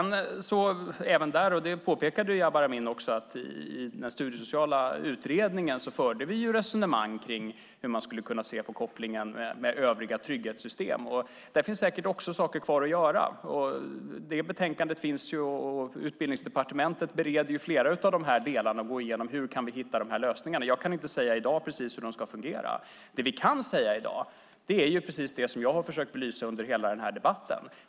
I Studiesociala utredningen förde vi - som Jabar Amin pekat på - resonemang om hur man skulle kunna se på kopplingen till övriga trygghetssystem. Också där finns det säkert saker kvar att göra. Det betänkandet finns ju, och Utbildningsdepartementet bereder flera av de här delarna och går igenom hur vi kan hitta lösningar. Jag kan inte säga i dag precis hur de ska fungera. Det vi kan säga är det som jag har försökt belysa under hela den här debatten.